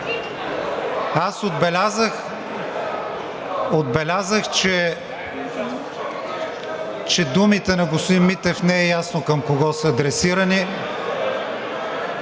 Аз отбелязах, че думите на господин Митев не е ясно към кого са адресирани,